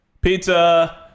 pizza